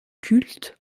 culte